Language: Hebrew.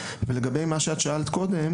לגבי מה שאת שאלת קודם